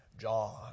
John